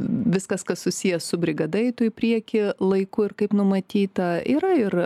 viskas kas susiję su brigada eitų į priekį laiku ir kaip numatyta yra ir